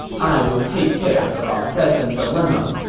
i will take care of our present dilemma.